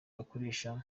bakoresha